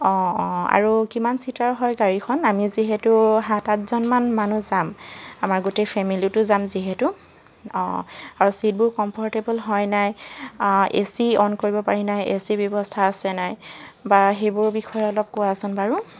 অঁ অঁ আৰু কিমান ছিটাৰ হয় গাড়ীখন আমি যিহেতু সাত আঠজনমান মানুহ যাম আমাৰ গোটেই ফেমিলিটো যাম যিহেতু অঁ আৰু ছিটবোৰ কমফৰ্টেবুল হয় নাই এ চি অন কৰিব পাৰি নাই এ চিৰ ব্যৱস্থা আছে নাই বা সেইবোৰৰ বিষয়ে অলপ কোৱাচোন বাৰু